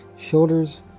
shoulders